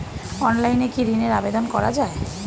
অনলাইনে কি ঋনের আবেদন করা যায়?